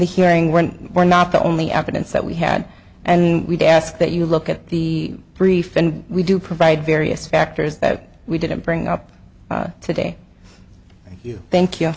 the hearing were were not the only evidence that we had and we did ask that you look at the brief and we do provide various factors that we didn't bring up today thank you thank you